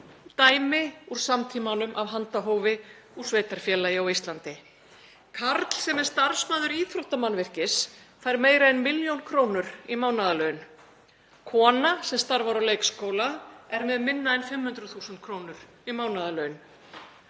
dæmi úr samtímanum af handahófi, úr sveitarfélagi á Íslandi: Karl sem er starfsmaður íþróttamannvirkis fær meira en milljón krónur í mánaðarlaun. Kona sem starfar á leikskóla er með minna en 500.000 kr. í mánaðarlaun.